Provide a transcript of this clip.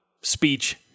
speech